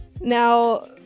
Now